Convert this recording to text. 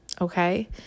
Okay